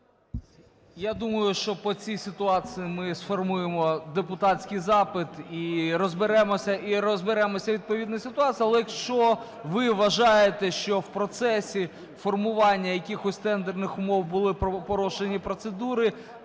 Я думаю, що по цій ситуації ми сформуємо депутатський запит і розберемося у відповідній ситуації. Але якщо ви вважаєте, що в процесі формування якихось тендерних умов були порушені процедури,